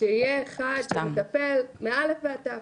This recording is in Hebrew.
שיהיה אחד שמטפל מא' ועד ת'.